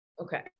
Okay